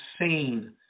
insane